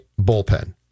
bullpen